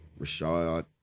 Rashad